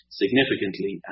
significantly